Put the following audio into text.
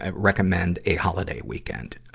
ah recommend a holiday weekend,